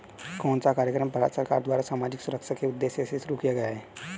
कौन सा कार्यक्रम भारत सरकार द्वारा सामाजिक सुरक्षा के उद्देश्य से शुरू किया गया है?